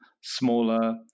smaller